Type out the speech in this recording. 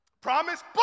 promise